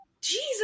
Jesus